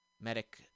medic